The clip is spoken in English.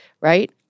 right